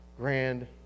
grand